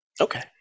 Okay